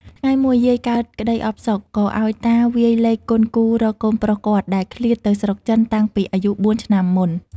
ថ្ងៃមួយ យាយកើតក្ដីអផ្សុក ក៏ឲ្យតាវាយលេខគន់គូររកកូនប្រុសគាត់ ដែលឃ្លាតទៅស្រុកចិនតាំងពីអាយុបួនឆ្នាំមុន ។